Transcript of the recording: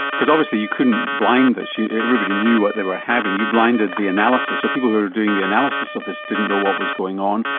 because obviously you couldn't blind this everybody knew what they were having. you blinded the analysis, so people who were doing the analysis of this didn't know what was going on,